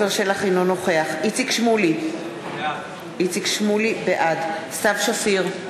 אינו נוכח איציק שמולי, בעד סתיו שפיר,